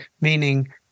meaning